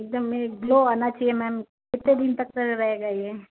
एकदम में ग्लो आना चाहिए मेम कितने दिन तक रहेगा ये